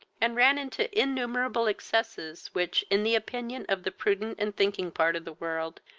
and ran into innumerable excesses, which, in the opinion of the prudent and thinking part of the world,